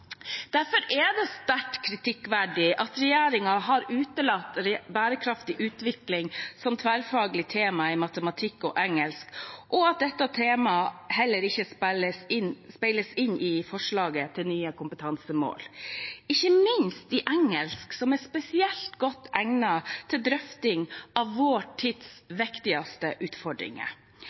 Derfor er det sterkt kritikkverdig at regjeringen har utelatt bærekraftig utvikling som tverrfaglig tema i matematikk og engelsk, og at dette temaet heller ikke speiles i forslaget til nye kompetansemål – ikke minst i engelsk, som er spesielt godt egnet til drøfting av vår tids viktigste utfordringer.